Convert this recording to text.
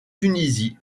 tunisie